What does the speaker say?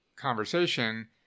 conversation